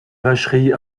vacherie